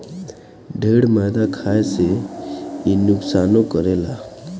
ढेर मैदा खाए से इ नुकसानो करेला